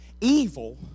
Evil